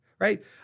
Right